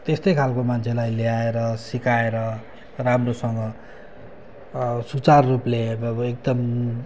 त्यस्तै खालको मान्छेलाई ल्याएर सिकाएर राम्रोसँग सुचारु रूपले अब एकदम